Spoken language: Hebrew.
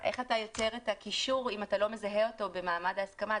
אם אתה לא מזהה אותו במעמד ההסכמה,